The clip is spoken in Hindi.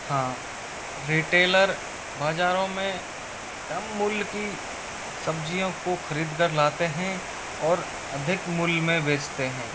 हाँ रिटेलर बाजारों में कम मूल्य की सब्जियों को खरीदकर लाते हैं और अधिक मूल्य में बेचते हैं